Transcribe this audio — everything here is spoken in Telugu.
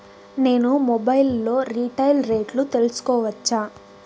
నేను మొబైల్ లో రీటైల్ రేట్లు తెలుసుకోవచ్చా?